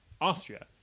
austria